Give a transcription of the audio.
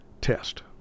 test